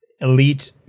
elite